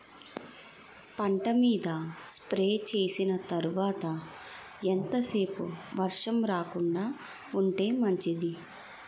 పంట మీద స్ప్రే చేసిన తర్వాత ఎంత సేపు వర్షం రాకుండ ఉంటే మంచిది?